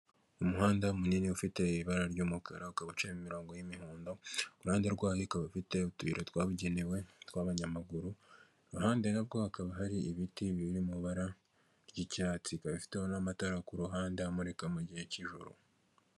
Umuhanda munini ufite ibara ry'umukara ukaba uciyemo imirongo y'imihondo, ku ruhande rwayo ikaba ifite utuyira twabugenewe tw'abanyamaguru, uruhande rumwe na rwo hakaba hari ibiti biri mu ibara ry'icyatsi, ifite n'amatara ku ruhande amurika mu gihe cy'ijoro.